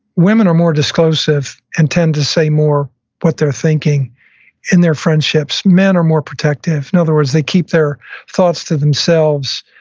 women are more disclosive and tend to say more what they're thinking in their friendships. men are more protective. in other words, they keep their thoughts to themselves,